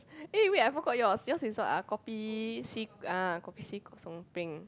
eh wait I forgot yours yours is what ah kopi C ah kopi C kosong peng